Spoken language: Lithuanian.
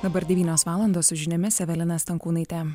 dabar devynios valandos su žiniomis evelina stankūnaitė